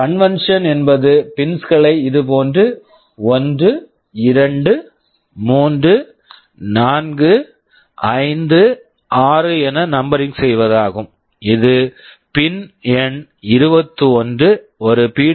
convention convention என்பது pins pins களை இது போன்று 1 2 3 4 5 6 என நம்பெரிங் numbering செய்வதாகும் இது பின் pin எண் 21 ஒரு பி